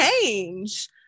change